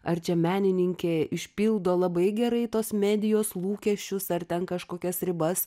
ar čia menininkė išpildo labai gerai tos medijos lūkesčius ar ten kažkokias ribas